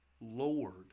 Lord